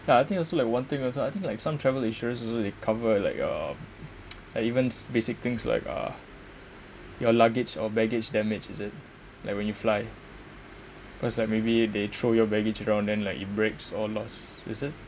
ya I think also like one thing also I think like some travel insurance also they cover like uh like even basic things like uh your luggage or baggage damage is it like when you fly cause like maybe they throw your baggage around then like it breaks or loss is it